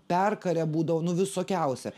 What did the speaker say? perkarę būdavo nu visokiausi